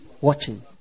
Watching